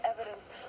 evidence